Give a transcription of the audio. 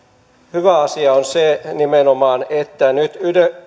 hyvä asia on nimenomaan se että nyt